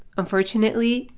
unfortunately,